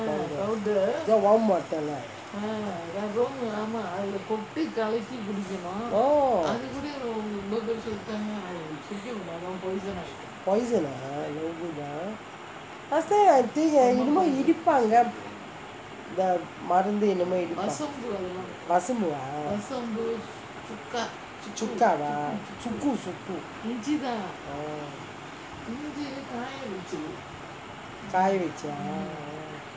warm water lah oh poison ah no good ah last time I think என்னமோ இடிப்பாங்கே மருந்து என்னமோ இடிப்பாங்கே வசம்பு:ennamo idippangae marunthu ennamo idippangae vasambu ah cuka ah சுக்கு சுக்கு காய வச்சா: sukku sukku kaaya vachu oh